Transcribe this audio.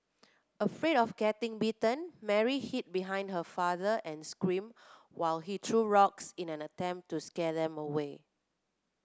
afraid of getting bitten Mary hid behind her father and screamed while he threw rocks in an attempt to scare them away